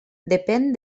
depèn